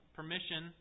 permission